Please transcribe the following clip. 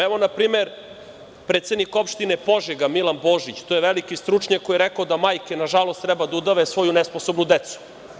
Evo, npr. predsednik opštine Požega, Milan Božić, to je veliki stručnjak koji je rekao da majke, nažalost, treba da udave svoju nesposobnu decu.